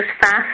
fast